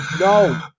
no